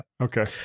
Okay